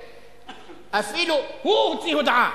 אפילו הוא הוציא הודעה,